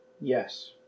Yes